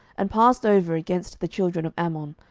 and passed over against the children of ammon,